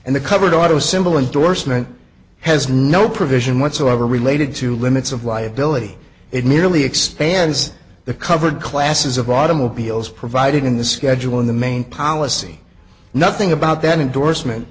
and the covered auto symbol endorsement has no provision whatsoever related to limits of liability it merely expands the covered classes of automobiles provided in the schedule in the main policy nothing about that endors